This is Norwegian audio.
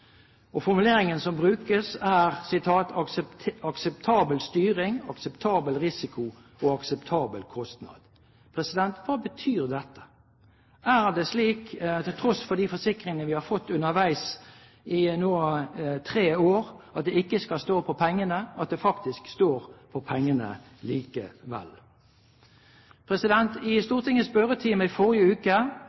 Formuleringen som brukes er akseptabel styring, akseptabel risiko og akseptabel kostnad. Hva betyr dette? Er det slik at det, til tross for de forsikringene vi har fått underveis nå i tre år om at det ikke skal stå på pengene, faktisk står på pengene likevel? I Stortingets spørretime i forrige uke